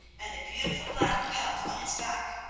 and the beautiful black pelt on its back.